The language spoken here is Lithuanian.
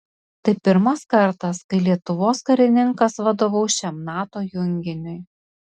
tai pirmas kartas kai lietuvos karininkas vadovaus šiam nato junginiui